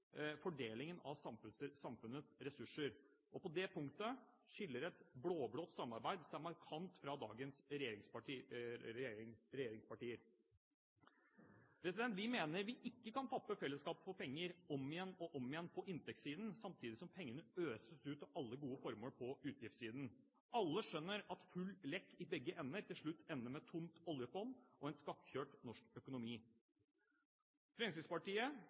fordelingen av samfunnets ressurser, og på det punktet skiller et blå-blått samarbeid seg markant fra dagens regjeringspartier. Vi mener vi ikke kan tappe fellesskapet for penger om igjen og om igjen på inntektssiden samtidig som pengene øses ut til alle gode formål på utgiftssiden. Alle skjønner at full lekk i begge ender til slutt ender med tomt oljefond og en skakkjørt norsk